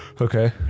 Okay